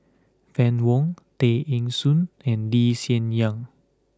Fann Wong Tay Eng Soon and Lee Hsien Yang